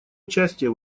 участие